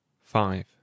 five